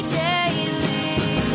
daily